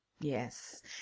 Yes